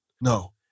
No